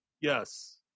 Yes